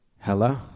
Hello